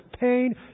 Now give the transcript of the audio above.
pain